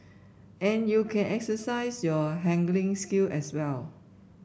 and you can exercise your haggling skill as well